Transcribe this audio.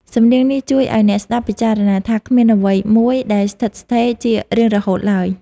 សំនៀងនេះជួយឱ្យអ្នកស្ដាប់ពិចារណាថា គ្មានអ្វីមួយដែលស្ថិតស្ថេរជារៀងរហូតឡើយ។